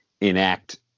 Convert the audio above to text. enact –